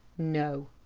no.